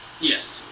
Yes